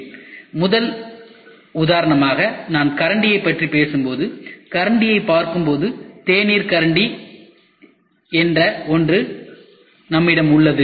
நான் முதல் உதாரணமாக கரண்டியை பற்றிப் பேசும்போது கரண்டியைப் பார்க்கும்போது தேனீர் கரண்டி என்ற ஒன்று நம்மிடம் உள்ளது